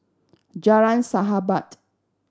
Jalan Sahabat